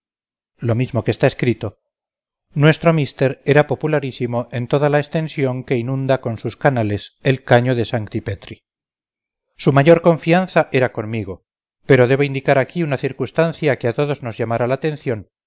gloria dice al mundo velintón lo mismo que está escrito nuestro mister era popularísimo en toda la extensión que inunda con sus canales el caño de sancti petri su mayor confianza era conmigo pero debo indicar aquí una circunstancia que a todos llamará la atención